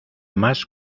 más